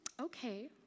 okay